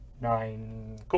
nine